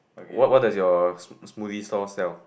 what what does your smo~ smoothie stall sell